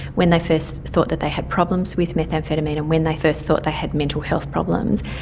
when they first thought that they had problems with methamphetamine and when they first thought they had mental health problems.